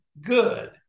good